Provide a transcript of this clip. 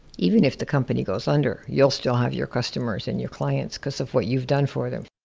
even if the company goes under, you'll still have your customers and your clients, cause of what you've done for them.